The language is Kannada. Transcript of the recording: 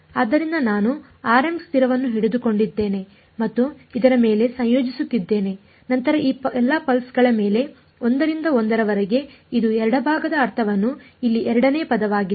ಆದ್ದರಿಂದ ನಾನು rm ಸ್ಥಿರವನ್ನು ಹಿಡಿದಿಟ್ಟುಕೊಂಡಿದ್ದೇನೆ ಮತ್ತು ಇದರ ಮೇಲೆ ಸಂಯೋಜಿಸುತ್ತಿದ್ದೇನೆ ನಂತರ ಈ ಎಲ್ಲಾ ಪಲ್ಸ್ ಗಳ ಮೇಲೆ 1 ರಿಂದ 1 ರವರೆಗೆ ಇದು ಎಡಭಾಗದ ಅರ್ಥವನ್ನು ಇಲ್ಲಿ ಎರಡನೇ ಪದವಾಗಿದೆ